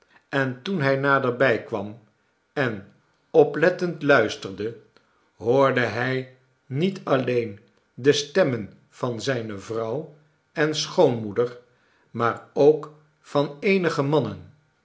en toen hij naderbij kwam en oplettend luisterde hoorde hij niet alleen de stemmen van zijne vrouw en schoonmoeder maar ook van eenige mannen